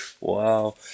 Wow